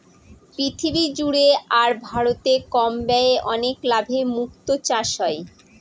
পৃথিবী জুড়ে আর ভারতে কম ব্যয়ে অনেক লাভে মুক্তো চাষ হয়